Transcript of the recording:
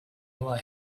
were